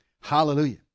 Hallelujah